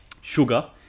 Sugar